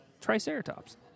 Triceratops